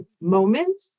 moment